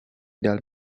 dal